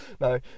no